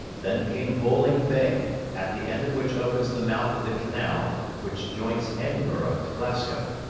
then came bouling bay, at the end of which opens the mouth of the canal which joints edinburgh to glasgow.